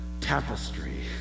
tapestry